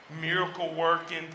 miracle-working